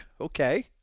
Okay